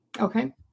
Okay